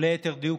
או ליתר דיוק,